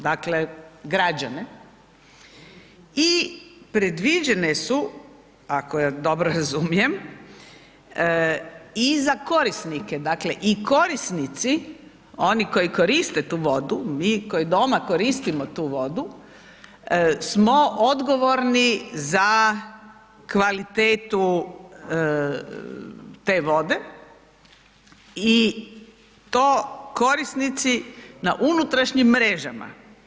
Dakle, građane i predviđene su, ako dobro razumijem i za korisnike, dakle i korisnici, oni koji koriste tu vodu, mi koji doma koristimo tu vodu smo odgovorni za kvalitetu te vode i to korisnici na unutrašnjim mrežama.